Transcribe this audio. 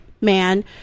Man